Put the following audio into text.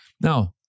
Now